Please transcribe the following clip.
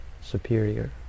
superior